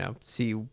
see